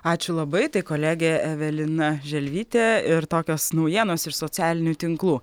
ačiū labai tai kolegė evelina želvytė ir tokios naujienos iš socialinių tinklų